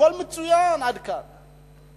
הכול מצוין עד כאן.